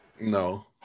No